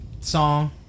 song